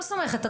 לא סומכת.